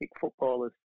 footballers